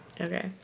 Okay